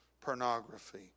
pornography